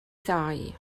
ddau